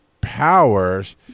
powers